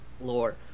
lore